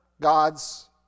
God's